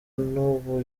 n’ubu